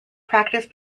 practice